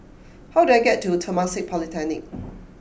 how do I get to Temasek Polytechnic